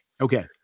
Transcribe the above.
Okay